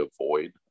avoid